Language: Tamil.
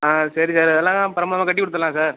ஆ சரி சார் அதெல்லாம் பிரமாதமாக கட்டி கொடுத்துட்லாம் சார்